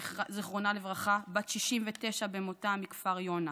זיכרונה לברכה, בת 69 במותה, מכפר יונה,